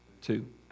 Two